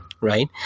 right